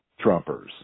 Trumpers